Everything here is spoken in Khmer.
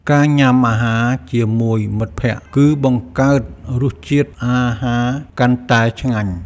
ការញ៉ាំអាហារជាមួយមិត្តភក្ដិ គឺបង្កើនរសជាតិអាហារកាន់តែឆ្ងាញ់។